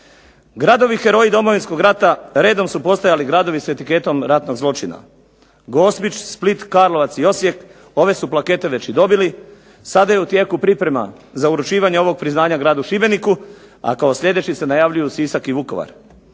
Gradovi heroji Domovinskog rata redom su postajali gradovi s etiketom ratnog zločina. Gospić, Split, Karlovac i Osijek ove su plakete već i dobili, sada je u tijeku priprema za uručivanje ovog priznanja gradu Šibeniku, a kao sljedeći se najavljuju Sisak i Vukovar.